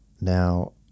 Now